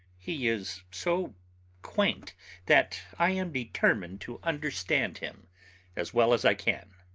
he is so quaint that i am determined to understand him as well as i can.